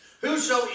Whoso